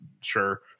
sure